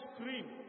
scream